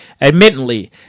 Admittedly